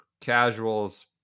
casuals